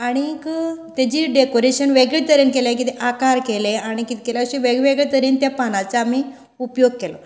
आनीक तेची डॅकोरेशन वेगळे तरेन केले कितें आकार केले आनी कितें केले अशे वेगवेगळे तरेन त्या पानांचो आमी उपयोग केलो